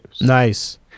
Nice